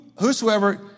whosoever